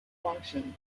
function